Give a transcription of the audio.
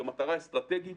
כמטרה אסטרטגית,